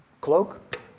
Cloak